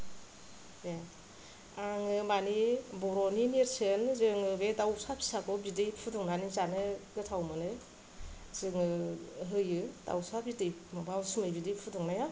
आङो मानि बर'नि नेरसोन जोङो बे दाउसा फिसाखौ बिदै फुदुंनानै जानो गोथाव मोनो जोङो होयो दाउसा बिदै माबा उसुमै बिदै फुदुंनाया